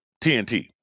TNT